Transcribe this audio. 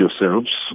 yourselves